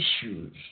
issues